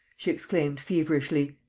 she exclaimed, feverishly.